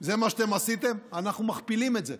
זה מה שאתם עשיתם, אנחנו מכפילים את זה,